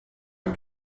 ein